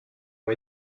ont